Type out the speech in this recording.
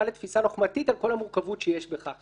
לתפיסה לוחמתית על כל המורכבות שיש בכך.